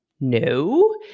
No